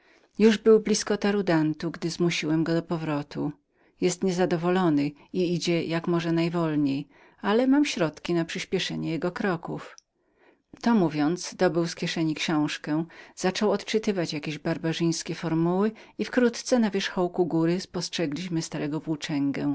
już był blizko tarudantu gdy zmusiłem go do powrotu opiera się moim rozkazom i idzie jak może najwolniej ale mam środki przyspieszenia jego kroków to mówiąc dobył z kieszeni książki zaczął wymawiać jakieś barbarzyńskie formuły i wkrótce na wierzchołku góry spostrzegliśmy starego włóczęgę